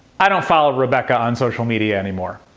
i don't follow rebecca on social media anymore.